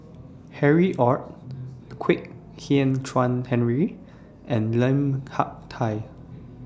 Harry ORD Kwek Hian Chuan Henry and Lim Hak Tai